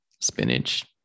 spinach